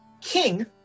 King